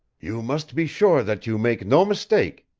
you must be sure that you make no mistake,